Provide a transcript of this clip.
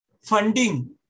funding